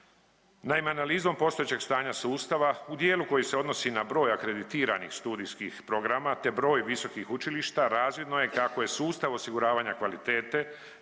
Naime, analizom postojećeg stanja sustava u dijelu koji se odnosi na broj akreditiranih studijskih programa te broj visokih učilišta, razvidno je kako je sustav osiguranja kvalitete